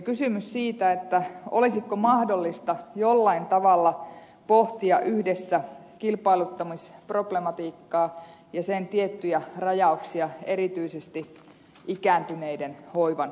kysymys on siitä olisiko mahdollista jollain tavalla pohtia yhdessä kilpailuttamisproblematiikkaa ja sen tiettyjä rajauksia erityisesti ikääntyneiden hoivan osalta